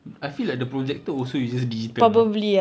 I feel like the projector also uses digital now